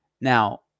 Now